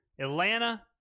Atlanta